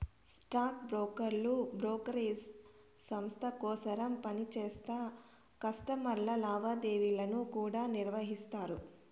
stock బ్రోకర్లు brokerage సంస్త కోసరం పనిచేస్తా కస్టమర్ల లావాదేవీలను కూడా నిర్వహిస్తారు